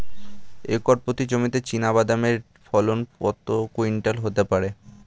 Acre প্রতি জমিতে চীনাবাদাম এর ফলন কত কুইন্টাল হতে পারে?